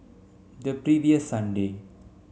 the previous Sunday